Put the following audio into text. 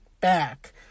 back